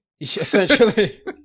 essentially